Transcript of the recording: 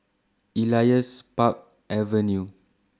Elias Park Avenue